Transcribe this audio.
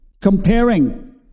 comparing